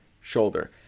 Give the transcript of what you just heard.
shoulder